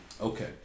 Okay